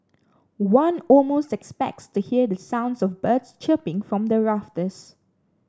one almost expects to hear the sounds of birds chirping from the rafters